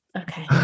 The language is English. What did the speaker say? okay